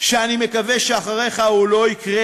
שאני מקווה שאחריך זה לא יקרה.